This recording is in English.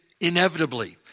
inevitably